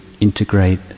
integrate